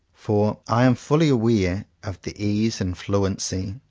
for i am fully aware of the ease and fluency,